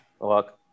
look